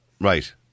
Right